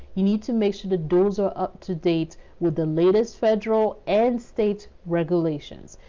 you need to make sure the. doors are up-to-date with the latest federal and state. regulations.